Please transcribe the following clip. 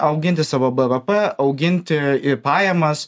auginti savo bvp auginti pajamas